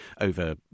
over